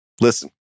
Listen